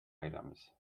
items